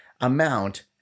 amount